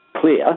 clear